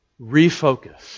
refocus